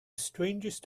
strangest